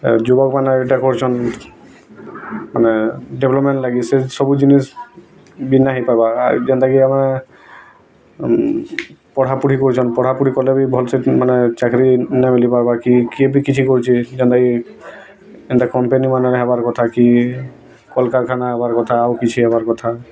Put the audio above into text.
ଯୁବକ୍ମାନେ ଇଟା କରୁଛନ୍ ମାନେ ଡେବ୍ଲପ୍ମେଣ୍ଟ୍ ଲାଗି ସେ ସବୁ ଜିନିଷ୍ ବି ନାଇଁ ହେଇପାର୍ବା ଯେନ୍ତାକି ଆମେ ପଢ଼ା ପଢ଼ି କରୁଛନ୍ ପଢ଼ା ପଢ଼ି କଲେବି ଭଲ୍ ସେ ମାନେ ଚାକ୍ରି ନାଇଁ ମିଲିପାର୍ବା କି କିଏ ବି କିଛି କରୁଛେ ଯେନ୍ତାକି ଏନ୍ତା କମ୍ପାନିମାନେ ହେବାର୍ କଥା କି କଲ୍କାରଖାନା ହେବାର କଥା ଆଉ କିଛି ହେବାର୍ କଥା